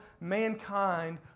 mankind